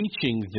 teaching